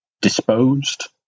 disposed